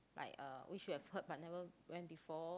like uh which we have heard but never went before